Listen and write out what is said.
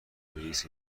رئیس